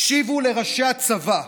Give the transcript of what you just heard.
הקשיבו לראשי הצבא,